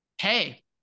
hey